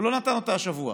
הוא לא נתן אותה השבוע,